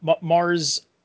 Mars